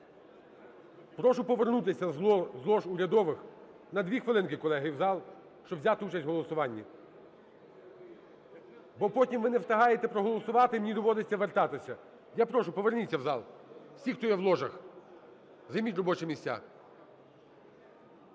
Прошу повернутися з лож урядових на 2 хвилинки, колеги, в зал, щоб взяти участь в голосуванні. Бо потім ви не встигаєте проголосувати і мені доводиться вертатися. Я прошу, поверніться в зал. Всі, хто є в ложах, займіть робочі місця.